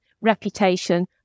reputation